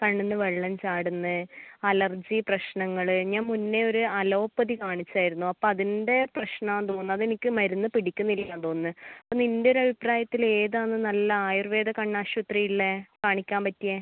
കണ്ണിൽ നിന്ന് വെള്ളം ചാടുന്നു അലർജി പ്രശ്നങ്ങൾ ഞാൻ മുന്നേ ഒരു അലോപ്പതി കാണിച്ചായിരുന്നു അപ്പോൾ അതിൻ്റെ പ്രശ്നമാണ് തോന്നുന്നു അതെനിക്ക് മരുന്ന് പിടിക്കുന്നില്ല തോന്നുന്നത് നിൻ്റെ ഒരു അഭിപ്രായത്തിൽ ഏതാണ് നല്ലത് ആയുർവേദം കണ്ണാശുപത്രി ഉള്ളത് കാണിക്കാൻ പറ്റിയത്